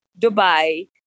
Dubai